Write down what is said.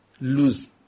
lose